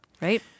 Right